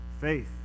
Faith